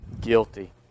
guilty